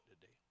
today